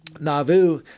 Nauvoo